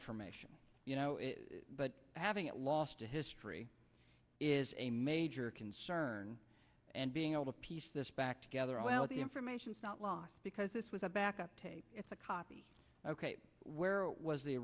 information but having it lost to history is a major concern and being able to piece this back together all the information is not lost because this was a backup tape it's a copy ok where was the